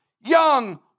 young